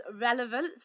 relevance